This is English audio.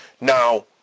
Now